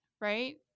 Right